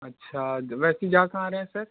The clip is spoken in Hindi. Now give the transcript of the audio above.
अच्छा वैसे जा कहाँ रहें सर